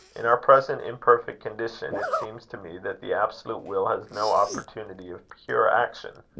in our present imperfect condition, it seems to me that the absolute will has no opportunity of pure action,